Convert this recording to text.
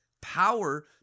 power